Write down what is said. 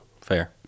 Fair